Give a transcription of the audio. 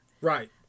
Right